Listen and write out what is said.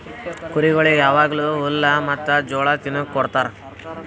ಕುರಿಗೊಳಿಗ್ ಯಾವಾಗ್ಲೂ ಹುಲ್ಲ ಮತ್ತ್ ಜೋಳ ತಿನುಕ್ ಕೊಡ್ತಾರ